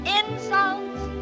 insults